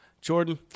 Jordan